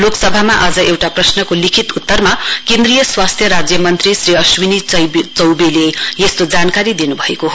लोकसभामा आज एउटा प्रश्नको लिखित उत्तरमा केन्द्रीय स्वास्थ्य राज्य मन्त्री श्री अश्विनी चौबेले यस्तो जानकारी दिनुभएको छ